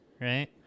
right